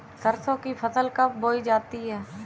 सरसों की फसल कब बोई जाती है?